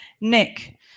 nick